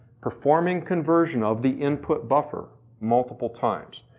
performing conversion of the input buffer multiple times.